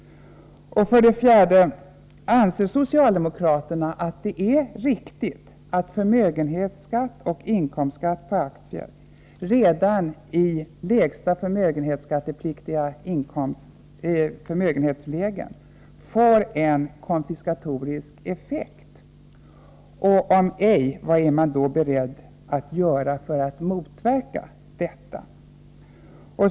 4. Anser socialdemokraterna att det är riktigt att förmögenhetsoch inkomstskatt på aktier redan i lägsta skattepliktiga förmögenhetslägen får en konfiskatorisk effekt? Om ej — vad är man beredd att göra för att motverka detta?